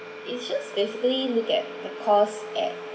it's just basically look at the cost at